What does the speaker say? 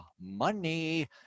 money